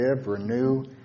renew